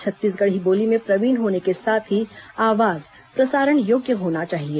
छत्तीसगढ़ी बोली में प्रवीण होने के साथ ही आवाज प्रसारण योग्य होना चाहिए